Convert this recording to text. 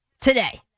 today